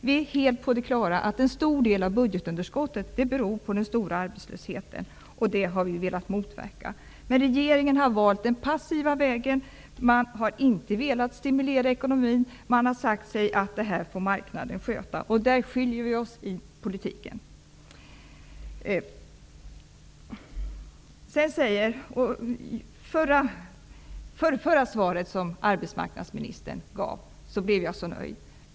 Vi är helt på det klara med att en stor del av budgetunderskottet beror på den stora arbetslösheten. Det har vi velat motverka. Men regeringen har valt den passiva vägen. Man har inte velat stimulera ekonomin och man har sagt sig att marknaden får sköta detta. Där skiljer vi oss i politiken. Det förrförra svaret som arbetsmarknadsministern gav gjorde mig så nöjd.